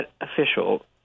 official